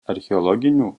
archeologinių